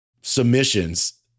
submissions